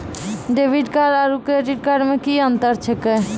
Debit card आरू credit card मे कि अन्तर छैक?